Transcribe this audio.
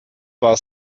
war